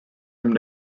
him